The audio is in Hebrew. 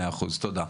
מאה אחוז, תודה.